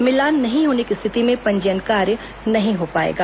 मिलान नहीं होने की स्थिति में पंजीयन कार्य नही हो पाएगा